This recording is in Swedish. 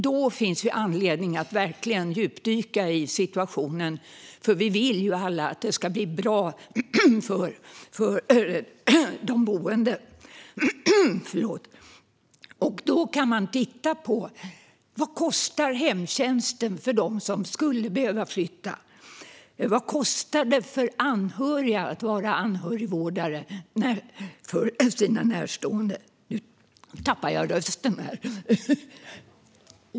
Då finns det anledning att verkligen djupdyka i situationen - vi vill ju alla att det ska bli bra för de boende. Då kan man titta på: Vad kostar hemtjänsten för dem som skulle behöva flytta? Vad kostar det för anhöriga att vårda sina närstående?